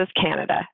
Canada